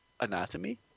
anatomy